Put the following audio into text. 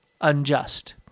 unjust